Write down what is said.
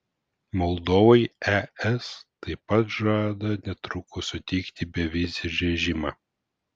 moldovai es taip pat žada netrukus suteikti bevizį režimą